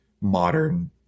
modern